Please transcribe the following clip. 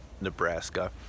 Nebraska